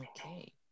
Okay